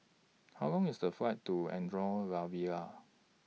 How Long IS The Flight to Andorra La Vella